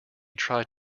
tried